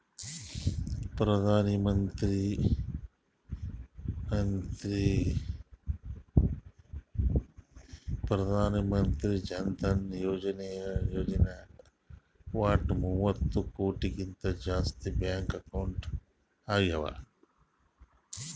ಪ್ರಧಾನ್ ಮಂತ್ರಿ ಜನ ಧನ ಯೋಜನೆ ನಾಗ್ ವಟ್ ಮೂವತ್ತ ಕೋಟಿಗಿಂತ ಜಾಸ್ತಿ ಬ್ಯಾಂಕ್ ಅಕೌಂಟ್ ಆಗ್ಯಾವ